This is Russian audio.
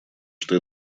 что